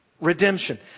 Redemption